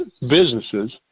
businesses